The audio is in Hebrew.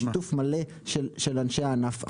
בשיתוף מלא של אנשי הענף.